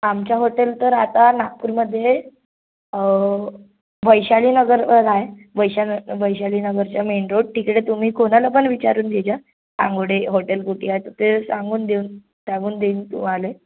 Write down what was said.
आमच्या होटेल तर आता नागपूरमध्ये वैशाली नगरवर आहे वैशाल वैशाली नगरच्या मेन रोड तिकडे तुम्ही कोणाला पण विचारून घे जा आंगोडे होटेल कुठे आहे तर ते सांगून देऊन सांगून दीन तुम्हाले